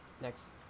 Next